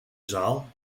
zaal